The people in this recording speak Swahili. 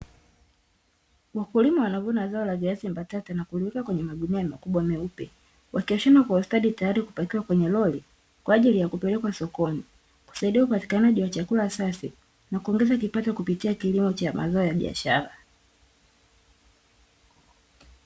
Wakulima wanavuna zao la viazi mbatata na kuliweka kwenye magunia makubwa meupe, wakiyashona kwa ustadi tayari kupakiwa kwenye lori kwaajili ya kupelekwa sokoni, kusaidia upatikanaji wa chakula safi na kuongeza kipato kupitia kilimo cha mazao ya biashara.